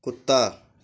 कुत्ता